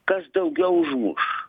kas daugiau užmuš